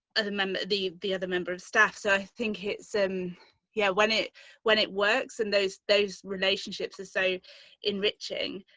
ah remember the the other member of staff, so i think it's um yeah when it when it works and those those relationships are so enriching.